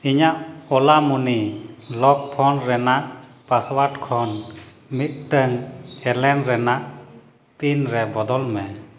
ᱤᱧᱟᱹᱜ Ola money lock phone ᱨᱮᱱᱟᱜ password ᱠᱷᱚᱱ ᱢᱤᱫᱴᱟᱝ ᱮᱞᱮᱢ ᱨᱮᱱᱟᱜ ᱯᱤᱱ ᱨᱮ ᱵᱚᱞᱚᱱ ᱢᱮ